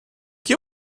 que